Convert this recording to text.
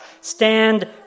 Stand